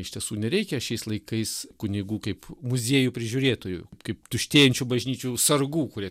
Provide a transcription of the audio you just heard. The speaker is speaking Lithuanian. iš tiesų nereikia šiais laikais kunigų kaip muziejų prižiūrėtojų kaip tuštėjančių bažnyčių sargų kurie